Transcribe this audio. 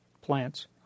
plants